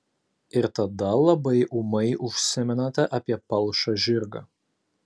ir tada labai ūmai užsimenate apie palšą žirgą